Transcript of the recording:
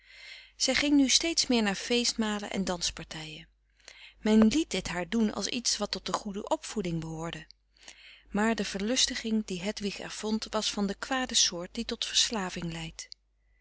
zij ging nu steeds meer naar feest malen en danspartijen men liet dit haar doen als iets wat tot de goede opvoeding behoorde maar de verlustiging die hedwig er vond was van de kwade soort die tot verslaving leidt